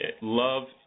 Love